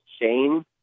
Shane